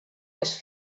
les